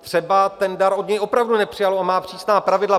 Třeba ten dar od něj opravdu nepřijalo a má přísná pravidla.